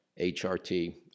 HRT